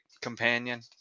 companion